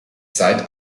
zeit